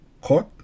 Court